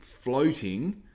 floating